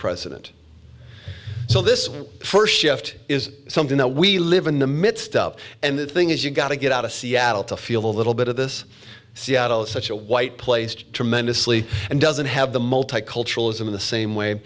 president so this first shift is something that we live in the midst up and the thing is you've got to get out of seattle to feel a little bit of this seattle is such a white placed tremendously and doesn't have the multiculturalism in the same way